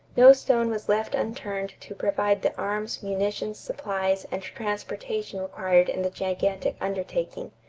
no stone was left unturned to provide the arms, munitions, supplies, and transportation required in the gigantic undertaking.